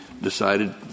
decided